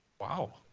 Wow